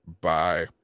Bye